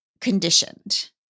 conditioned